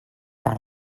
par